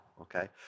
Okay